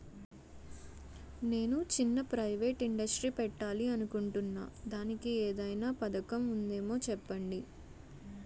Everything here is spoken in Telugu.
నేను చిన్న ప్రైవేట్ ఇండస్ట్రీ పెట్టాలి అనుకుంటున్నా దానికి ఏదైనా పథకం ఉందేమో చెప్పండి?